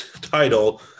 title